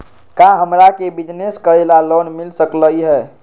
का हमरा के बिजनेस करेला लोन मिल सकलई ह?